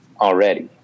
already